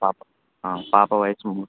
పాప ఆ పాప వయస్సు